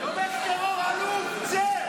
תומך טרור עלוב, צא.